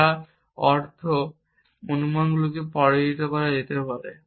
যার অর্থ এই অনুমানগুলিকে পরাজিত করা যেতে পারে